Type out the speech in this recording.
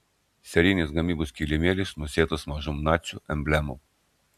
serijinės gamybos kilimėlis nusėtas mažom nacių emblemom